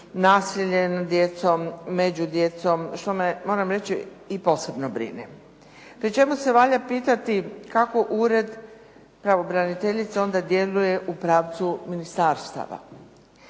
nasilje nad djecom, među djecom što me moram reći i posebno brine pri čemu se valja pitati kako ured pravobraniteljice onda djeluje u pravcu ministarstava.